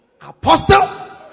apostle